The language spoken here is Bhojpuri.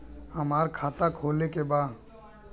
हमार खाता खोले के बा?